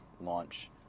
launch